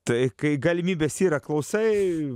tai kai galimybės yra klausai